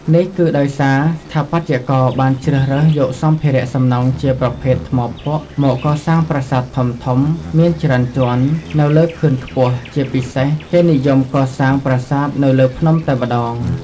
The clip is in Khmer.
នេះគឺដោយសារស្ថាបត្យករបានជ្រើសរើស យកសម្ភារៈ សំណង់ជាប្រភេទ ថ្មភក់មកកសាងប្រាសាទធំៗ មានច្រើនជាន់ នៅលើខឿនខ្ពស់ ជាពិសេស គេនិយម កសាងប្រាសាទនៅលើភ្នំតែម្តង។